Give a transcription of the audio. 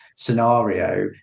scenario